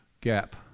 gap